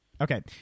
Okay